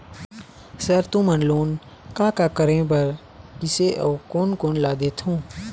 Sir तुमन loan का का करें बर, किसे अउ कोन कोन ला देथों?